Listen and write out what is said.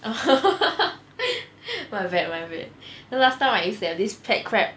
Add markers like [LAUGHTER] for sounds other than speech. [LAUGHS] my bad my bad you know last time I used to have this pet crab